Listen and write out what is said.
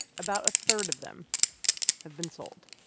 about a third of them have been sold